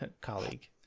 colleague